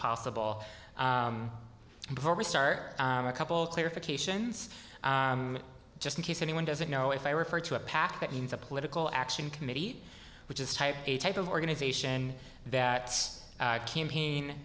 possible before we start a couple of clarifications just in case anyone doesn't know if i refer to a pact that means a political action committee which is type a type of organization that campaign